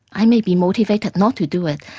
i may be motivated not to do it.